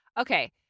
Okay